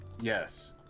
Yes